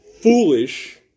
foolish